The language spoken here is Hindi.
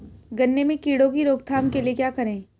गन्ने में कीड़ों की रोक थाम के लिये क्या करें?